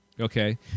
Okay